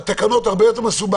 תקנות זה הרבה יותר מסובך.